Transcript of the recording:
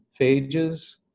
phages